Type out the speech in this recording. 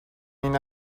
این